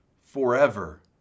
forever